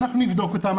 אנחנו נבדוק אותם.